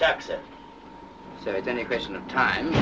taxes so it's any question of time